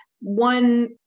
one